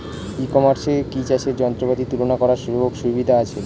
ই কমার্সে কি চাষের যন্ত্রপাতি তুলনা করার সুযোগ সুবিধা আছে?